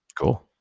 cool